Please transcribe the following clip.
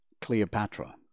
Cleopatra